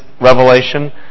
Revelation